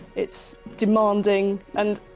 it's demanding and,